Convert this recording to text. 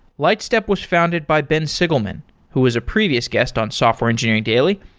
lightstep was founded by ben sigelman who was a previous guest on software engineering daily.